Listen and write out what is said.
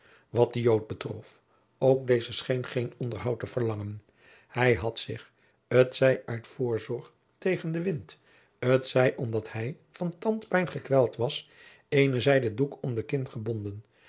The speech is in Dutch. wat den jood betrof ook deze scheen geen onderhoud te verlangen hij had zich t zij uit voorzorg tegen den wind t zij omdat hij van tandpijn gekweld was eene zijden doek om den kin gebonden